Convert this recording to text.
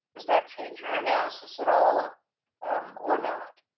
does that change your analysis at all ah or not.